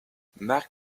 marc